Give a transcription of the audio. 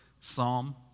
psalm